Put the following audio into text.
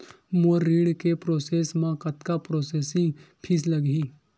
मोर ऋण के प्रोसेस म कतका प्रोसेसिंग फीस लगही?